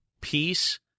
peace